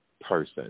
person